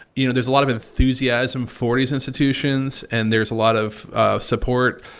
you know, there's a lot of enthusiasm for these institutions and there's a lot of support.